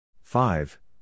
five